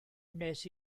wnes